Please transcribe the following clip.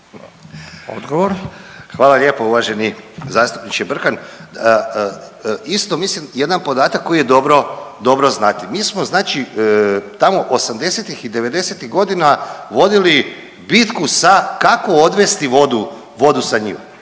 (HDZ)** Hvala lijepo uvaženi zastupniče Brkan. Isto mislim jedan podatak koji je dobro znati. Mi smo znači tamo osamdesetih i devedesetih godina vodili bitku sa kako odvesti vodu sa njima.